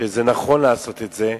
שזה נכון לעשות את זה,